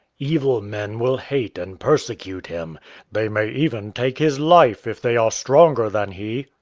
evil men will hate and persecute him they may even take his life, if they are stronger than he.